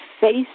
face